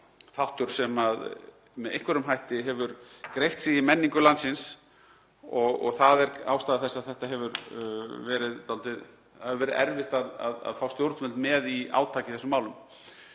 þáttur sem með einhverjum hætti hefur greypt sig í menningu landsins og það er ástæða þess að það hefur verið erfitt að fá stjórnvöld með í átak í þessum málum.